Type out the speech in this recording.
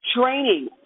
training